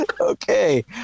Okay